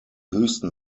höchsten